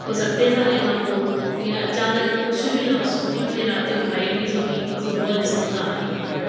हो सते साले खां पोइ इहा अचानक कुश बि न हुअसि सुठी भली राति जो खाई पी सुम्ही सुबुह ॾिसूं था आहे ई कोन